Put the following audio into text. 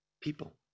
people